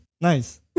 nice